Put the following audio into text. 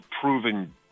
proven